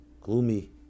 gloomy